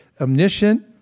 omniscient